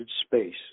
space